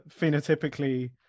phenotypically